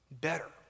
better